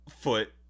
foot